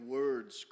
words